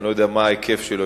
אני לא יודע מה ההיקף שלו,